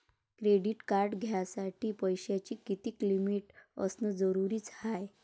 Credit card घ्यासाठी पैशाची कितीक लिमिट असनं जरुरीच हाय?